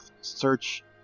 search